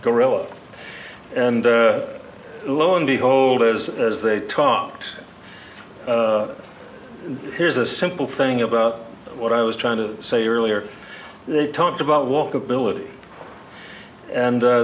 gorilla and lo and behold as as they talked here's a simple thing about what i was trying to say earlier they talked about walkability and